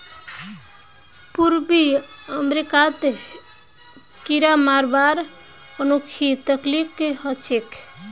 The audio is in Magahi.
पूर्वी अमेरिकात कीरा मरवार अनोखी तकनीक ह छेक